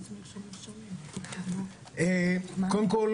קודם כול,